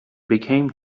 became